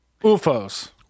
UFOs